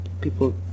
people